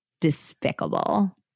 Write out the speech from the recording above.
despicable